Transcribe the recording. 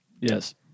Yes